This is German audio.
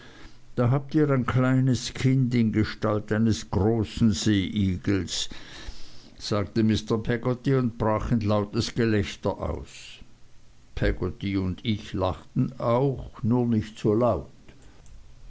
da habt ihr ein kleines kind in gestalt eines großen seeigels sagte mr peggotty und brach in ein lautes gelächter aus peggotty und ich lachten auch nur nicht so laut